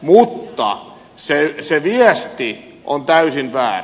mutta se viesti on täysin väärä